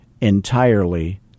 entirely